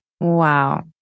Wow